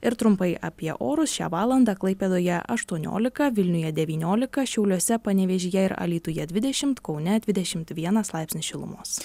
ir trumpai apie orus šią valandą klaipėdoje aštuoniolika vilniuje devyniolika šiauliuose panevėžyje ir alytuje dvidešim kaune dvidešim vienas laipsnis šilumos